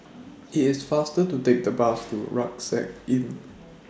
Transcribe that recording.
IT IS faster to Take The Bus to Rucksack Inn